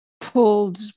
pulled